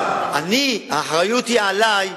האחריות היא עלי,